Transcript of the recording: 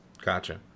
Gotcha